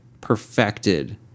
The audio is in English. perfected